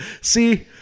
See